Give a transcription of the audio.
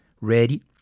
ready